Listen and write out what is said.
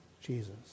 Jesus